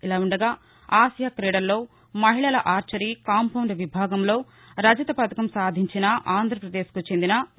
ఇదిలా ఉండగా ఆసియా క్రీదల్లో మహిళల ఆర్చరీ కాంపౌండ్ విభాగంలో రజత పతకం సాధించిన ఆంధ్రాప్రదేశ్ కు చెందిన వి